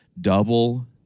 double